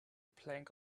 plank